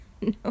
no